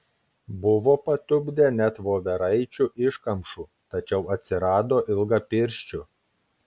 buvo patupdę net voveraičių iškamšų tačiau atsirado ilgapirščių